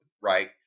Right